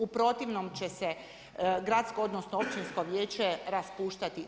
U protivnom će se gradsko odnosno općinsko vijeće raspuštati.